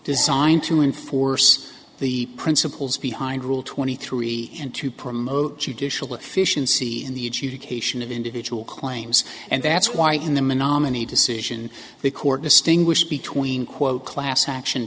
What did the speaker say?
designed to enforce the principles behind rule twenty three and to promote judicial efficiency in the adjudication of individual claims and that's why in the menominee decision the court distinguish between quote class action